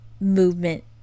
movement